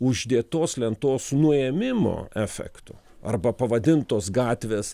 uždėtos lentos nuėmimo efektu arba pavadintos gatvės